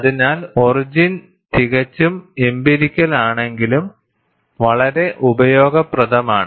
അതിനാൽഒറിജിൻ തികച്ചും എംപിരിക്കൽ ആണെങ്കിലും വളരെ ഉപയോഗപ്രദമാണ്